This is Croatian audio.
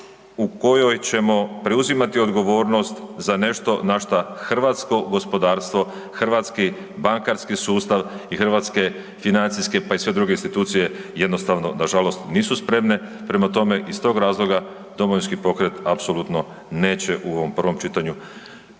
u kojoj ćemo preuzimati odgovornost za nešto na što hrvatsko gospodarstvo, hrvatski bankarski sustav i hrvatske financijske pa i sve druge institucije jednostavno nažalost nisu spremne. Prema tome, iz tog razloga Domovinski pokret apsolutno neće u ovom prvom čitanju